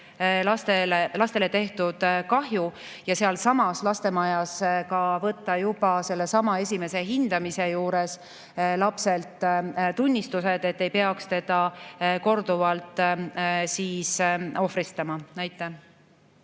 lastele tehtud kahju ja sealsamas lastemajas võtta juba esimese hindamise käigus lapselt tunnistus, et ei peaks teda korduvalt ohvristama. Anti